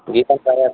गीतं गायाति